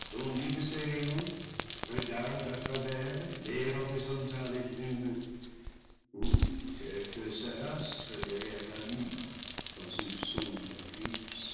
regarde à travers l'air horizontal et brumeux ou tel que cet astre derrière la lune dans une sombre éclipse